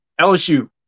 LSU